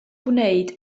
gwneud